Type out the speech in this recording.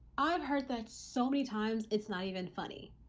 i've heard that so many times, it's not even funny.